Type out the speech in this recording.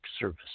service